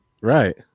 right